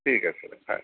ঠিক আছে হয়